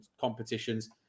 competitions